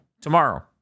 tomorrow